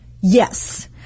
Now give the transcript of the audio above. Yes